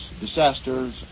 disaster's